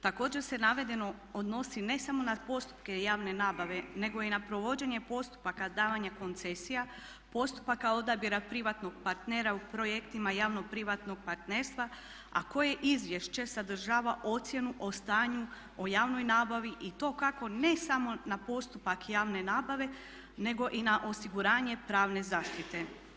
Također se navedeno odnosni ne samo na postupke javne nabave nego i na provođenje postupaka davanja koncesija, postupaka odabira privatnog partnera u projektima javno-privatnog partnerstva a koje izvješće sadržava ocjenu o stanju, o javnoj nabavi i to kako ne samo na postupak javne nabave nego i na osiguranje pravne zaštite.